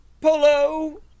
Polo